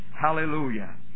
Hallelujah